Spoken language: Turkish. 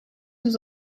yüz